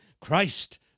Christ